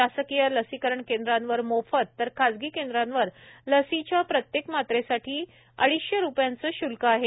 शासकीय लसीकरण केंद्रांवर मोफत तर खाजगी केंद्रावर लसीच्या प्रत्येक मात्रेसाठी एकूण अडीचशे रुपयांचं शुल्क आहे